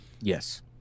yes